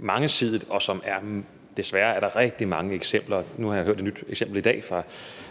mangesidet, og som der desværre er rigtig mange eksempler på. Nu har jeg hørt om et nyt eksempel i dag